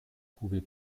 couvée